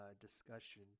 discussion